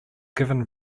given